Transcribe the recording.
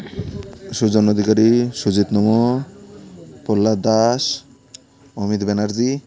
ସୁଜ ନଦିକାରୀ ସୁଜିତ ନମ ପଲ୍ଲାଥ ଦାସ ଅମିତ ବେନାର୍ଜୀ